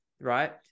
right